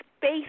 space